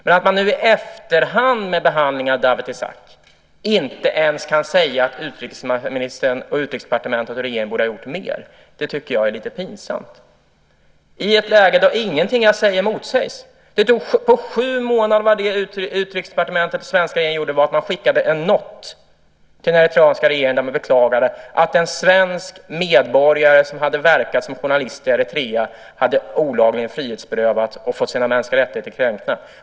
Men att man nu i efterhand i behandlingen av Dawit Isaak inte ens kan säga att utrikesministern, Utrikesdepartementet och regeringen borde ha gjort mer tycker jag är lite pinsamt - i ett läge när ingenting av det jag säger motsägs. Det Utrikesdepartementet och den svenska regeringen gjorde på sju månader var att skicka en not till den eritreanska regeringen och där beklaga att en svensk medborgare, som verkat som journalist i Eritrea, olagligt hade frihetsberövats och fått sina mänskliga rättigheter kränkta.